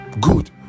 good